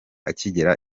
akigera